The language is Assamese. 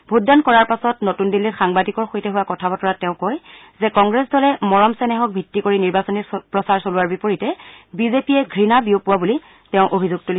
ভোটদান কৰাৰ পাছত নতুন দিল্লীত সাংবাদিকৰ সৈতে হোৱা কথা বতৰাত তেওঁ কয় যে কংগ্ৰেছ দলে মৰম চেনেহক ভিত্তি কৰি নিৰ্বাচনী প্ৰচাৰ চলোৱাৰ বিপৰীতে বিজেপিয়ে ঘৃণা বিয়পোৱা বুলি অভিযোগ তোলে